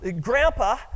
grandpa